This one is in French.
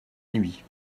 nuit